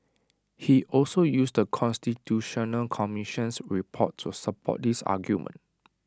he also used the constitutional commission's report to support this argument